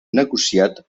negociat